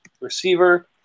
receiver